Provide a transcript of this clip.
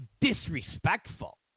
disrespectful